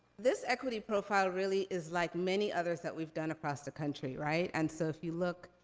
this equity profile really is like many others that we've done across the country, right? and so, if you look,